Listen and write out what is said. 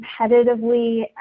competitively